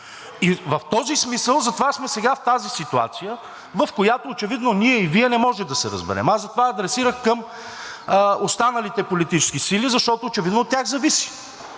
В този смисъл затова сме сега в тази ситуация, в която очевидно ние и Вие не може да се разберем. Затова адресирах към останалите политически сили, защото очевидно от тях зависи.